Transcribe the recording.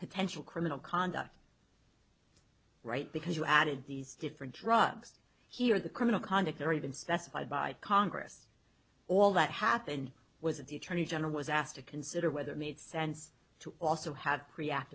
potential criminal conduct right because you added these different drugs here the criminal conduct there even specified by congress all that happened was that the attorney general was asked to consider whether it made sense to also had react